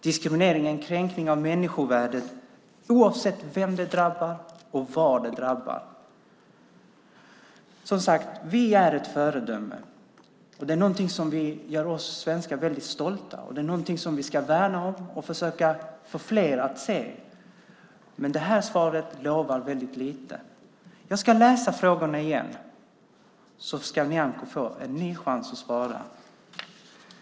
Diskriminering är en kränkning av människovärdet, oavsett vem det drabbar och var det drabbar. Vi är ett föredöme, som sagt. Det är någonting som gör oss svenskar väldigt stolta. Det är någonting som vi ska värna om och försöka få fler att se. Men det här svaret lovar väldigt lite. Jag ska läsa upp frågorna igen så får Nyamko en ny chans att svara.